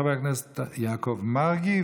חבר הכנסת יעקב מרגי,